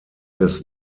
des